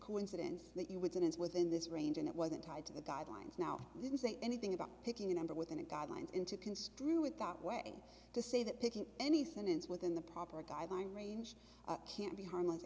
coincidence that you would since within this range and it wasn't tied to the guidelines now didn't say anything about picking a number within a guidelines in to construe it that way to say that picking any sentence within the proper guideline range can't be harmless